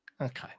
okay